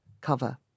cover